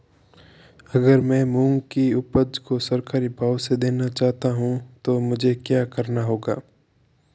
अगर मैं मूंग की उपज को सरकारी भाव से देना चाहूँ तो मुझे क्या करना होगा?